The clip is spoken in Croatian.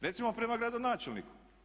Recimo prema gradonačelniku.